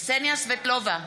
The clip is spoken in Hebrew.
קסניה סבטלובה,